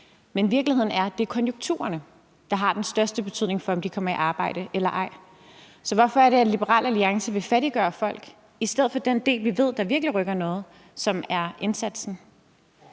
men virkeligheden er, at det er konjunkturerne, der har den største betydning for, om de kommer i arbejde eller ej. Så hvorfor er det sådan, at Liberal Alliance vil fattiggøre folk i stedet for at gøre den del, vi ved virkelig rykker noget, og som er indsatsen?